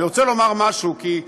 אני רוצה לומר משהו, כי,